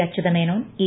Achutha Menon E